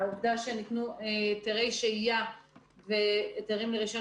העובדה שנתנו היתרי שהייה והיתרים לרישיון